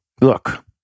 look